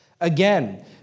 Again